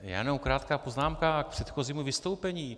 Já jenom krátká poznámka k předchozímu vystoupení.